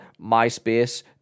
MySpace